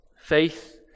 faith